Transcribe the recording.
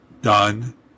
done